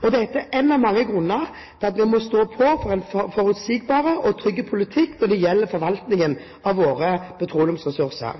er én av mange grunner til at vi må stå på for en forutsigbar og trygg politikk når det gjelder forvaltningen av våre petroleumsressurser.